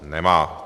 Nemá.